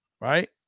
Right